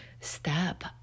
Step